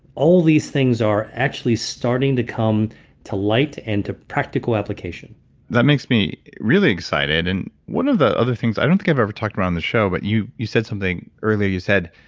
all these things are actually starting to come to light and to practical application that makes me really excited. and one of the other things i don't think i've ever talked about on the show but you you said something earlier. you said,